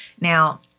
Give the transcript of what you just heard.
Now